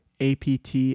APT